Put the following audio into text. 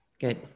Good